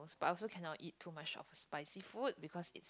but I also cannot eat too much of a spicy food because it's